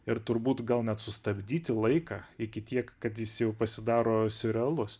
ir turbūt gal net sustabdyti laiką iki tiek kad jis jau pasidaro realus